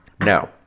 Now